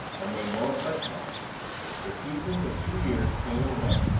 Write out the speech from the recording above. and made no impression on us the seasons of two years came and went,